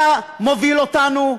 אתה מוביל אותנו,